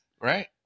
Right